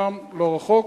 לא רחוק,